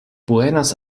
buenos